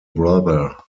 brother